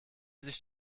sich